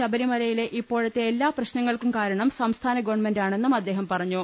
ശബരിമലയിലെ ഇപ്പോ ഴത്തെ എല്ലാ പ്രശ്നങ്ങൾക്കും കാരണം സംസ്ഥാന ഗവൺമെന്റാ ണെന്നും അദ്ദേഹം പറഞ്ഞു